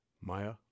Maya